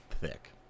thick